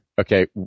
Okay